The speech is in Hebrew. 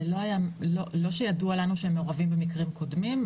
לא שידוע לנו שהם מעורבים במקרים קודמים,